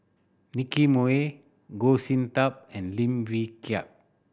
Nicky Moey Goh Sin Tub and Lim Wee Kiak